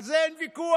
על זה אין ויכוח.